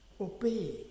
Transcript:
obey